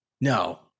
No